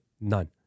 None